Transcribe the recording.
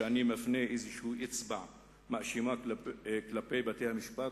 שאני מפנה איזו אצבע מאשימה כלפי בתי-המשפט,